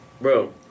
Bro